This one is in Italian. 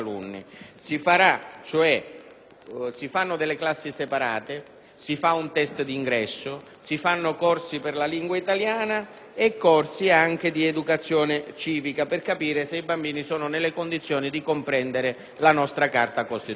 Si faranno cioè delle classi separate, si farà un test d'ingresso, si terranno dei corsi per la lingua italiana e corsi di educazione civica per capire se i bambini sono nelle condizioni di comprendere la nostra Carta costituzionale.